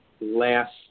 last